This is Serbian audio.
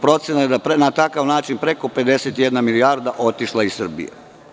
Procena je da je na taj način preko 51 milijarde otišlo iz Srbije.